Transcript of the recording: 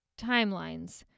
timelines